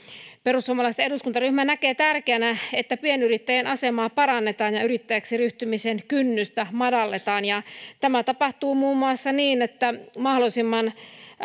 perussuomalaisten eduskuntaryhmä näkee tärkeänä että pienyrittäjän asemaa parannetaan ja yrittäjäksi ryhtymisen kynnystä madalletaan tämä tapahtuu muun muassa niin että